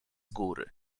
góry